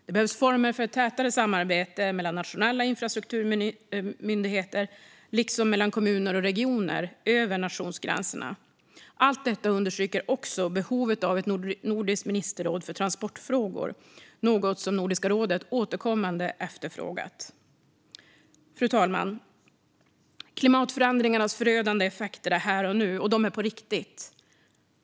Det behövs former för ett tätare samarbete mellan nationella infrastrukturmyndigheter, liksom mellan kommuner och regioner över nationsgränserna. Allt detta understryker också behovet av ett nordiskt ministerråd för transportfrågor, något som Nordiska rådet återkommande efterfrågat. Fru talman! Klimatförändringarnas förödande effekter syns här och nu, och de är på riktigt.